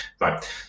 right